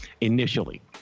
initially